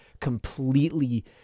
completely